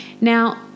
Now